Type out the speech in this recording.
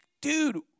dude